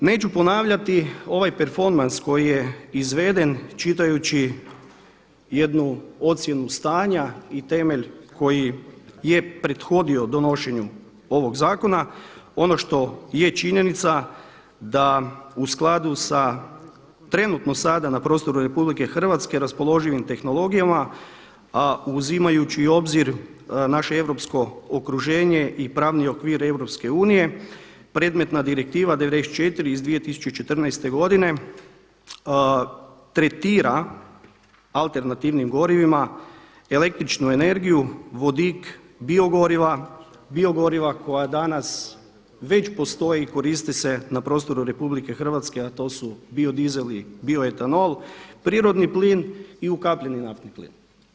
Dakle neću ponavljati ovaj performans koji je izveden čitajući jednu ocjenu stanja i temelj koji je prethodio donošenju ovog zakona, ono što je činjenica da u skladu sa trenutno sada na prostoru RH, raspoloživim tehnologijama a uzimajući u obzir naše europsko okruženje i pravni okvir EU predmetna Direktiva 94 iz 2014. godine tretira alternativnim gorivima električnu energiju, vodik, bio goriva, bio goriva koja danas već postoje i koriste se na prostoru RH a to su bio dizeli, bio etanol, prirodni plin i ukapljeni naftni plin.